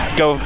go